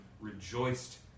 rejoiced